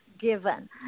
given